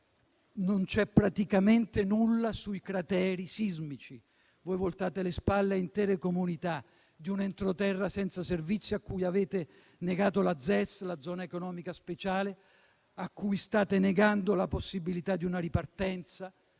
Non c'è praticamente nulla sui crateri sismici. Voi voltate le spalle a intere comunità di un entroterra senza servizi a cui avete negato la zona economica speciale (ZES), a cui state negando la possibilità di una ripartenza.